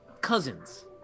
cousins